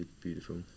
Beautiful